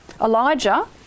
Elijah